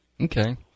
Okay